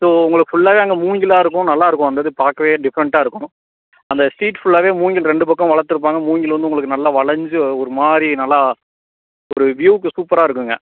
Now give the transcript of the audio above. so உங்களுக்கு ஃபுல்லாகவே அங்கே மூங்கிலாக இருக்கும் நல்லாயிருக்கும் அந்த இது பார்க்கவே டிஃப்ரெண்ட்டாக இருக்கும் அந்த ஸ்ட்ரீட் ஃபுல்லாகவே மூங்கில் ரெண்டுப் பக்கமும் வளர்த்துருப்பாங்க மூங்கில் வந்து உங்களுக்கு நல்லா வளைஞ்சு ஒரு மாதிரி நல்லா ஒரு வ்யூக்கு சூப்பராக இருக்குங்க